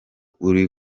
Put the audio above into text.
uri